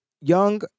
Young